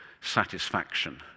satisfaction